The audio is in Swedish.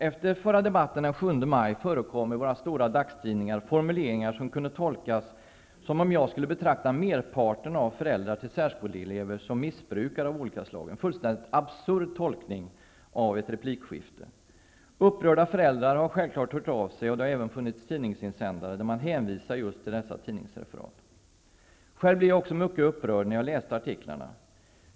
Efter den förra debatten den 7 maj förekom i våra stora dagstidningar formuleringar som kunde tolkas så, att jag skulle betrakta merparten av föräldrarna till särskoleeleverna som missbrukare av olika slag -- en fullständigt absurd tolkning av ett replikskifte. Upprörda föräldrar har självfallet hört av sig, och det har även förekommit tidningsinsändare där man hänvisar till just dessa tidningsreferat. Själv blev jag också mycket upprörd när jag läste artiklarna.